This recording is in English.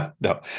No